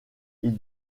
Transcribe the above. ils